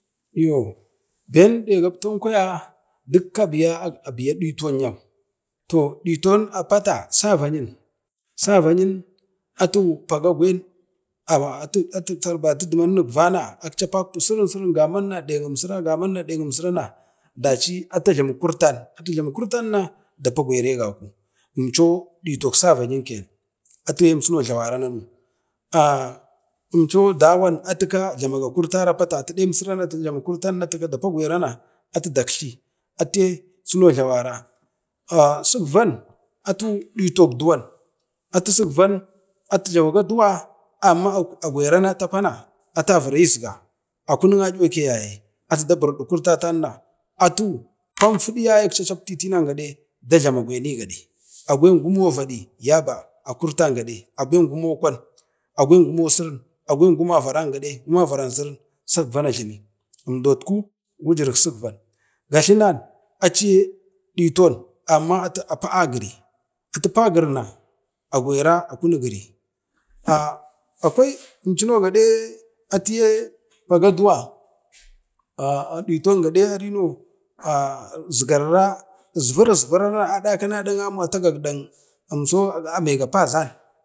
iyo bem de gapton kwaya biya dukka biya ɗitom yau to ɗitom savanyin- savanyin atu paga gwen atu atu sarbatu dumanin igvana akci da papki gamanna sirin sirin ne gimsin-gamamma ne diemsirra gaman ma deng emsirra atu jlamu kurtanna tapi gwera igəku inchoo ɗitok savanyin, kemo jlavara nanu, aa umecho dawan atuka jlamaga kurtana a pata ŋen imsira atu jlamaga kurtan na dapu gwara na daktle ataye cino jlavara, sikvan atu ditok duwom atu sikvan atu jlawaga duwa amma agwera na tapana ata vire isga akunin aiyuake yaye atu da bardi kurtatan akcha chaptu a tinan gaɗe na dajlmau agwen igaɗe, gwen gumo ⱱada yaba a kurtan gaɗe, agwen gumo kwan, gumo sirrin agwan guma varan gəde, agwan guma varan sirin sikvan ajlemi emdotku wujurik sikvan. Gatlenan aciye ɗiton amma agwen atapa a giri- agwara a kuni giri, aah akwai imchimo gəde paga a duwa ɗiton areno izgarira izvar isvar arakina aɗom-amu atagiɗan ame gapazan.